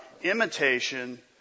imitation